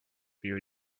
you